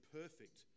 perfect